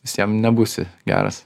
visiem nebūsi geras